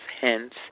hence